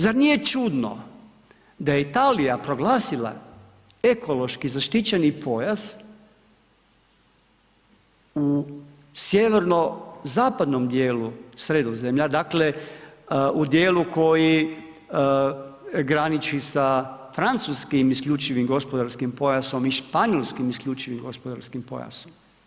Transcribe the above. Zar nije čudno da je Italija proglasila ekološki zaštićeni pojas u sjeverozapadnom dijelu Sredozemlja, dakle u dijelu koji graniči sa Francuskim isključivim gospodarskim pojasom i Španjolskim isključivim gospodarskim pojasom.